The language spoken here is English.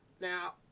now